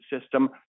system